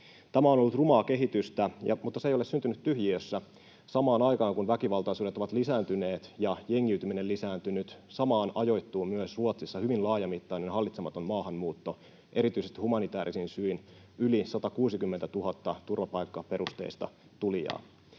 Tämä on ollut rumaa kehitystä, mutta se ei ole syntynyt tyhjiössä. Samaan aikaan, kun väkivaltaisuudet ovat lisääntyneet ja jengiytyminen lisääntynyt, ajoittuu myös Ruotsissa hyvin laajamittainen hallitsematon maahanmuutto, erityisesti humanitäärisin syin: yli 160 000 turvapaikkaperusteista tulijaa.